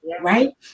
right